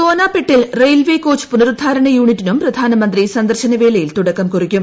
സോനാപെട്ടിൽ railway coach പുനരുദ്ധാരണ യൂണിറ്റിനും പ്രധാനമന്ത്രി സന്ദർശന വേളയിൽ തുടക്കം കുറിക്കും